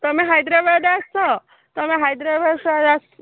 ତୁମେ ହାଇଦ୍ରାବାଦ ଆସ ତୁମେ ହାଇଦ୍ରାବାସ